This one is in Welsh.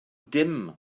dim